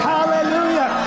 Hallelujah